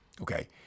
Okay